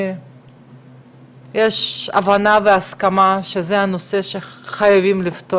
עם פגיעה וכפייה דתית בזוגות שאינם רוצים להינשא